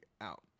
out